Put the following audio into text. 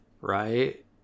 right